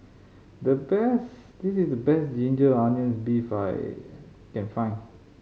the best this is the best ginger onions beef I can find